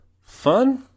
fun